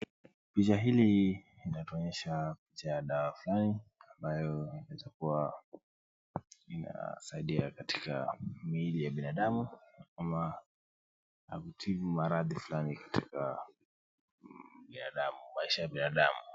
Picha hili linatuonyesha picha la dawa fulani ambayo inaweza kuwa inasaidia katika mili ya binadamu ama kutibu maradhi fulani katika maisha ya binadamu.